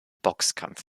boxkampf